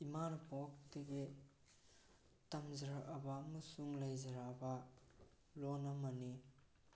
ꯏꯃꯥꯅ ꯄꯣꯛꯄꯗꯒꯤ ꯇꯝꯖꯔꯛꯑꯕ ꯑꯃꯁꯨꯡ ꯂꯩꯖꯔꯛꯑꯕ ꯂꯣꯟ ꯑꯃꯅꯤ